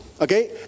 Okay